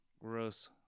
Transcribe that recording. gross